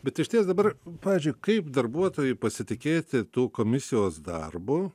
bet išties dabar pavyzdžiui kaip darbuotojui pasitikėti tų komisijos darbu